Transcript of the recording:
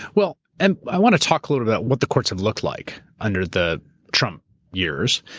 well, and i want to talk a little about what the courts have looked like under the trump years.